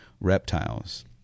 reptiles